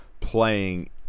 playing